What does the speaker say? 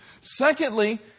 secondly